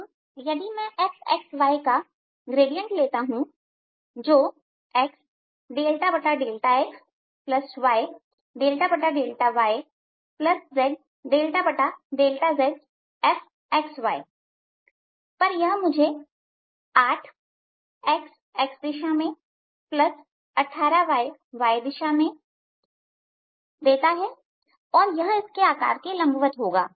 अब यदि मैं fxy का ग्रेडियंट लेता हूं जो xxyδyzδzfxy यह मुझे 8x xदिशा में18y y दिशा में देगा और यह इस आकार के लंबवत होगा